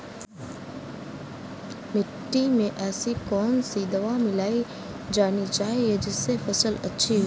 मिट्टी में ऐसी कौन सी दवा मिलाई जानी चाहिए जिससे फसल अच्छी हो?